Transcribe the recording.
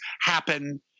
happen